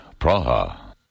Praha. (